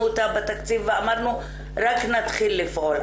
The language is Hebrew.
אותה בתקציב ואמרנו רק נתחיל לפעול,